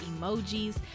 emojis